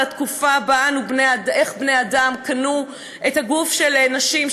התקופה שבה בני אדם קנו את הגוף של נשים,